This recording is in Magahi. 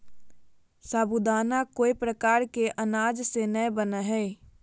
साबूदाना कोय प्रकार के अनाज से नय बनय हइ